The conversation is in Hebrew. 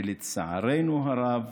ולצערנו הרב